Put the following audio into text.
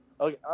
Okay